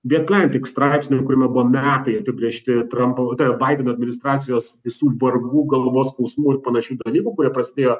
di etlentik straipsniu kuriame buvo metai apibrėžti trampo tai yra baideno administracijos visų vargų galvos skausmų ir panašių dalykų kurie prasidėjo